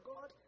God